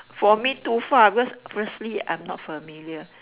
for me too far because firstly I'm not familiar